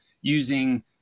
using